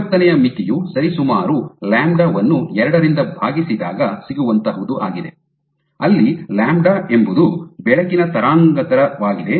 ವಿವರ್ತನೆಯ ಮಿತಿಯು ಸರಿಸುಮಾರು ಲ್ಯಾಂಬ್ಡಾ ವನ್ನು ಎರಡರಿಂದ ಭಾಗಿಸಿದಾಗ ಸಿಗುವಂತಹುದು ಆಗಿದೆ ಅಲ್ಲಿ ಲ್ಯಾಂಬ್ಡಾ ಎಂಬುದು ಬೆಳಕಿನ ತರಂಗಾಂತರವಾಗಿದೆ